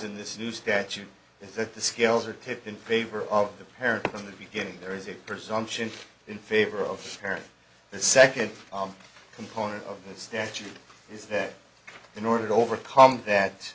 in this new statute is that the scales are tipped in favor of the parent in the beginning there is a presumption in favor of parents the second component of the statute is that in order to overcome that